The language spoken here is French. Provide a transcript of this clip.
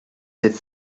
sept